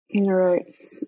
Right